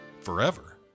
forever